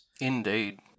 Indeed